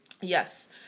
yes